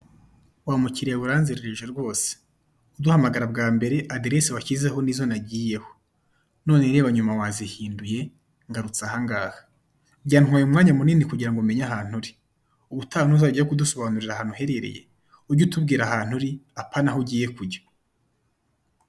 Wa mukiriya we uranzerereje rwose, uduhamagara bwa mbere aderese washyizeho nizo nagiyeho, none reba nyuma wazihinduye ngarutse aha ngaha. Byantwaye umwanya munini kugira ngo menye ahantu uri. Ubutaha nuzajya ujya kudusobanurira ahantu uherereye, ujye utubwira ahantu uri apana aho ugiye kujya.